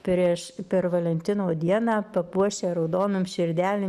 prieš per valentino dieną papuošę raudonom širdelėm